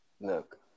Look